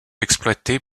exploitées